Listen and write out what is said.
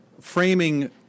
framing